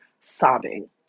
sobbing